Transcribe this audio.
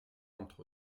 entre